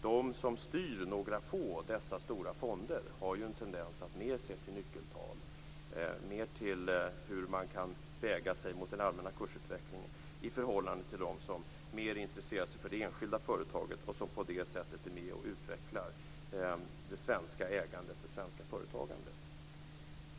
De som styr några få, dessa stora fonder, har en tendens att mer se till nyckeltal, mer till hur man kan väga sig mot den allmänna kursutvecklingen i förhållande till dem som mer intresserar sig för det enskilda företaget och som på det sättet är med och utvecklar det svenska ägandet och företagandet.